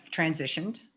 transitioned